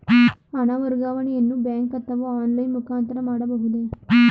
ಹಣ ವರ್ಗಾವಣೆಯನ್ನು ಬ್ಯಾಂಕ್ ಅಥವಾ ಆನ್ಲೈನ್ ಮುಖಾಂತರ ಮಾಡಬಹುದೇ?